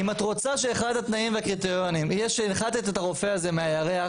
אם את רוצה שאחד התנאים והקריטריונים יהיה שהנחתת את הרופא הזה מהירח